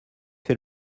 fait